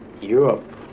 Europe